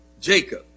Jacob